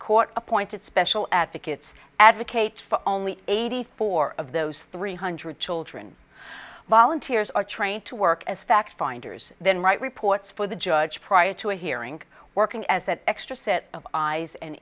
court appointed special advocates advocates for only eighty four of those three hundred children volunteers are trained to work as fact finders then write reports for the judge prior to a hearing working as that extra set of eyes and